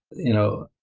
you know,